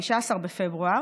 כשבהנדסת